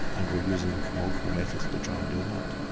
and we're using multiple methods to try and do that.